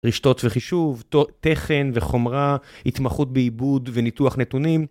רישתות וחישוב, תכן וחומרה, התמחות בעיבוד וניתוח נתונים.